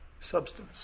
substance